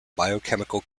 biochemical